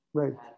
right